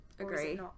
agree